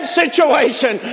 situation